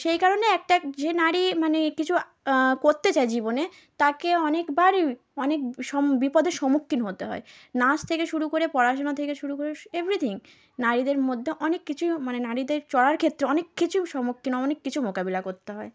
সেই কারণে একটা যে নারী মানে কিছু করতে চায় জীবনে তাকে অনেকবারই অনেক বিপদের সম্মুখীন হতে হয় নাচ থেকে শুরু করে পড়াশোনা থেকে শুরু করে এভরিথিং নারীদের মধ্যে অনেক কিছু মানে নারীদের চলার ক্ষেত্রে অনেক কিছু সম্মুখীন অনেক কিছু মোকাবিলা করতে হয়